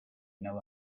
never